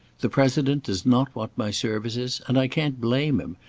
the president does not want my services, and i can't blame him,